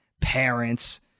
parents